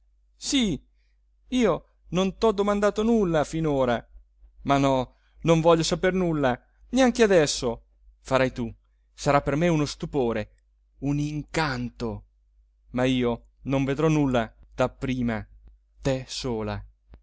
sì io non t'ho domandato nulla finora ma no no voglio sapere nulla neanche adesso farai tu sarà per me uno stupore un incanto ma io non vedrò nulla dapprima te sola